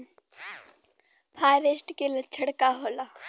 फारेस्ट के लक्षण का होला?